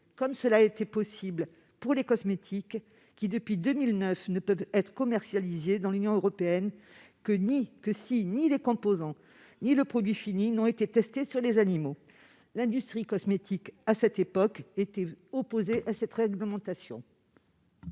comme cela s'est produit avec les cosmétiques : depuis 2009, ceux-ci ne peuvent être commercialisés dans l'Union européenne que si ni les composants ni le produit fini n'ont été testés sur des animaux. L'industrie cosmétique était, à l'époque, opposée à cette réglementation